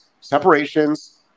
separations